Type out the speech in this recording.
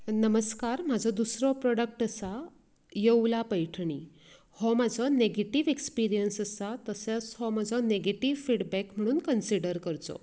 नमस्कार म्हजो दुसरो प्रोडक्ट आसा येवला पैठणी हो म्हजो न्हेगेटीव एक्सपिरियन्स आसा तसोच हो म्हजो न्हेगेटीव फिडबेक म्हणून कन्सिडर करचो